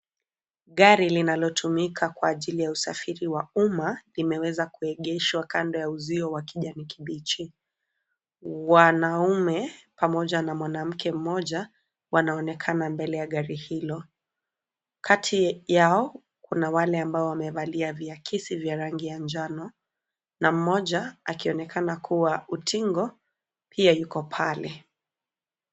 Gari linalo tumika kwa ajili ya usafiri wa umma limeweza kuegeshwa kando wa uzio wa kijani kibichi. Wanaume pamoja na mwanamke mmoja wanaonekana mbele ya gari hilo, kati yao kuna wale ambao wamevalia viakisi vya rangi ya njano na mmoja akionekana kuwa utingo akiwa pale.